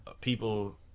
people